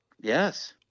Yes